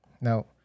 now